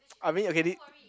I mean okay this